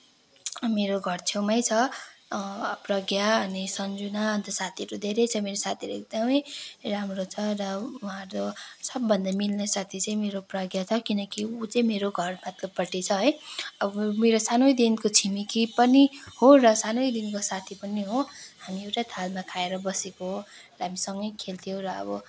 मेरो घर छेउमै छ प्रज्ञा अनि सन्जना अन्त साथीहरू धेरै छ मेरो साथीहरू एकदमै राम्रो छ र उहाँहरू सबभन्दा मिल्ने साथी चाहिँ मेरो प्रज्ञा छ किनकि उ चाहिँ मेरो घर माथिल्लोपट्टि छ है अब मेरो सानैदेखिको छिमेकी पनि हो र सानैदेखिको साथी पनि हो हामी एउटै थालमा खाएर बसेको हो र हामी सँगै खेल्थ्यौँ र अब